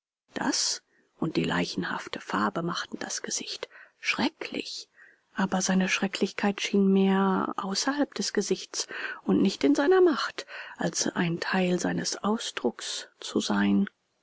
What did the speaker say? das und die leichenhafte farbe machten das gesicht schrecklich aber seine schrecklichkeit schien mehr außerhalb des gesichts und nicht in seiner macht als ein teil seines ausdrucks zu sein